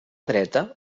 dreta